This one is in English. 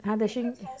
他的心